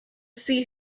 see